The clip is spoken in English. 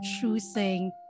choosing